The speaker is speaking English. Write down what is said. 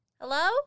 Hello